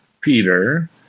Peter